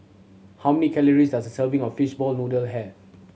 how me calories does a serving of fishball noodle have